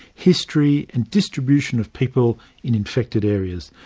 history and distribution of people in infected areas,